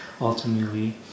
ultimately